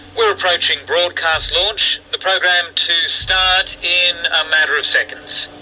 we're approaching broadcast launch, the program to start in a matter of seconds.